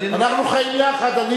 אנחנו חיים יחד.